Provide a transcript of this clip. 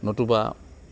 নতুবা